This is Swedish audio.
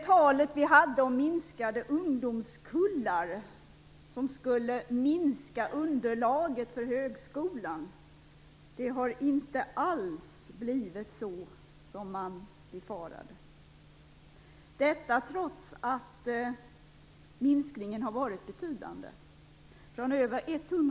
Farhågorna om att de minskade ungdomskullarna skulle minska underlaget för högskolan har inte alls besannats, trots att minskningen har varit betydande.